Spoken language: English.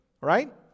right